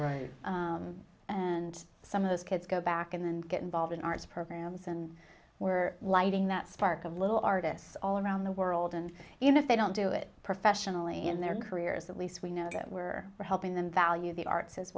right and some of those kids go back and get involved in arts programs and were lighting that spark a little artists all around the world and even if they don't do it professionally in their careers at least we know that we're helping them value the arts as